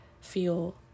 feel